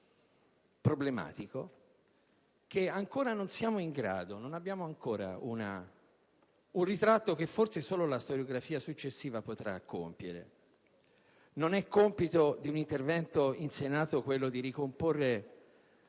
problematico, che ancora non abbiamo un ritratto, che forse solo la storiografia successiva potrà fare. Non è compito di un intervento in Senato quello di ricomporre